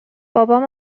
بابام